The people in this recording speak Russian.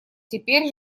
теперь